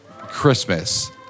Christmas